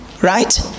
right